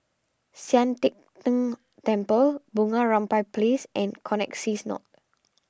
Sian Teck Tng Temple Bunga Rampai Place and Connexis North